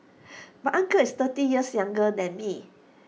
my uncle is thirty years younger than me